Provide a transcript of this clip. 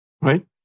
Right